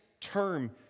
term